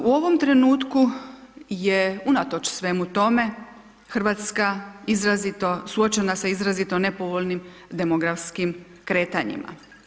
U ovom trenutku je unatoč svemu tome Hrvatska izrazito, suočena sa izrazito nepovoljnim demografskim kretanjima.